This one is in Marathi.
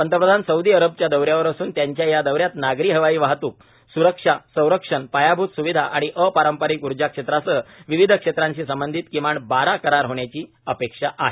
पंतप्रधान सौदी अरबच्या दौऱ्यावर असून त्यांच्या या दौऱ्यात नागरी हवाई वाहतूक सुरक्षा संरक्षण पायाभूत सुविधा आणि अपारंपरिक उर्जा क्षेत्रासह विविध क्षेत्रांशी संबंधित किमान बारा करार होण्याची अपेक्षा आहे